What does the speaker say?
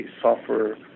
software